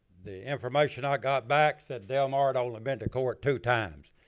the information i got back said del mar had only been to court two times.